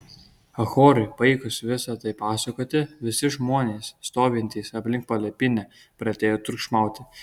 achiorui baigus visa tai pasakoti visi žmonės stovintys aplink palapinę pradėjo triukšmauti